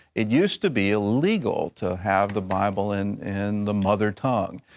it used to be illegal to have the bible in and the mother tongue.